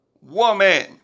woman